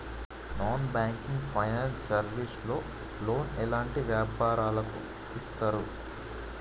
Non banking finance service లో loan ఎలాంటి వ్యాపారులకు ఇస్తరు?